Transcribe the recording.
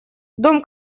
дом